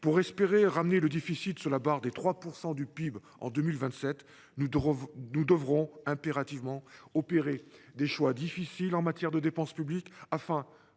Pour espérer ramener le déficit sous la barre des 3 % du PIB en 2027, nous devrons impérativement faire des choix difficiles en matière de dépense publique, afin de